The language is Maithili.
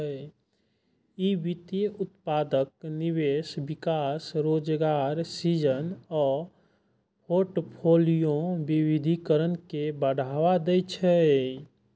ई वित्तीय उत्पादक निवेश, विकास, रोजगार सृजन आ फोर्टफोलियो विविधीकरण के बढ़ावा दै छै